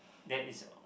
that is